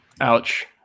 Ouch